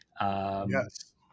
Yes